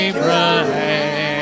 Abraham